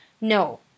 No